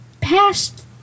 past